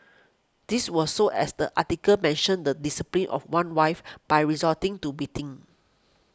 this was so as the article mentioned the disciplining of one's wife by resorting to beating